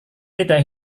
tidak